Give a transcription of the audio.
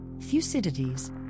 Thucydides